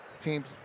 teams